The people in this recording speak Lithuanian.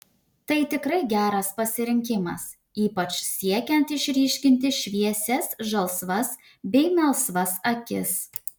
tai tikrai geras pasirinkimas ypač siekiant išryškinti šviesias žalsvas bei melsvas akis